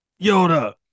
Yoda